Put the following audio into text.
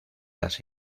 las